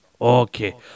Okay